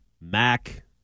Mac